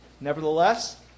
Nevertheless